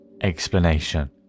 explanation